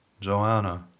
Joanna